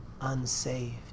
unsaved